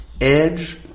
Edge